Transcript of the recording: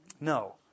No